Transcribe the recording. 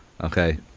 Okay